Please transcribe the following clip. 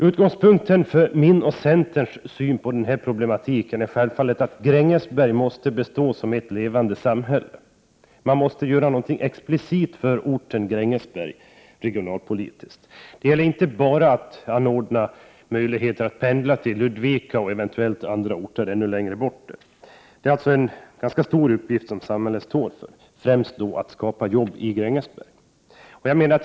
Utgångspunkten för min och centerns syn på problemet är att Grängesberg självfallet måste bestå som ett levande samhälle. Man måste göra någonting explicit för orten Grängesberg regionalpolitiskt. Det gäller inte bara att ordna möjligheter att pendla till Ludvika eller andra orter ännu längre bort. Det är alltså en ganska stor uppgift som samhället står inför, och det gäller främst att skapa jobb i Grängesberg.